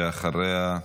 ואחריה,